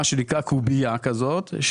מה שנקרא קובייה כזאת,